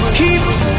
keeps